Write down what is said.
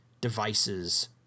devices